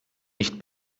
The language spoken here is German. nicht